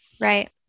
Right